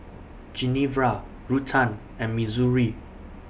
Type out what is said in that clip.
Genevra Ruthann and Missouri